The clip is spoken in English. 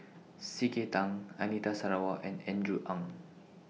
C K Tang Anita Sarawak and Andrew Ang